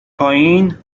پایین